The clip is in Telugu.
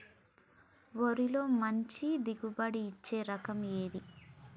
వరిలో మంచి దిగుబడి ఇచ్చే రకం ఏది?